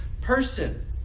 person